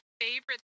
favorite